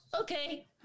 okay